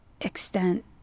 extent